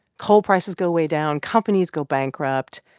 coal prices go way down. companies go bankrupt.